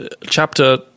chapter